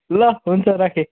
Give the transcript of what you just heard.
ल हुन्छ राखेँ